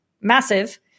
massive